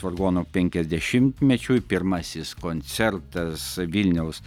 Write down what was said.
vargonų penkiasdešimtmečiui pirmasis koncertas vilniaus